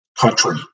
country